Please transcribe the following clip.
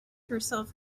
herself